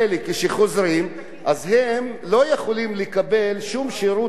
הם לא יכולים לקבל שום שירות רפואי במדינת ישראל.